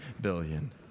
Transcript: billion